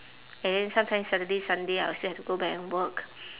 and then sometimes saturday sunday I will still have to go back and work